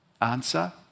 Answer